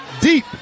deep